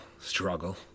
struggle